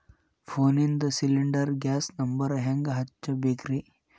ಫೋನಿಂದ cylinder gas number ಹೆಂಗ್ ಹಚ್ಚ ಬೇಕ್ರಿ?